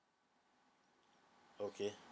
okay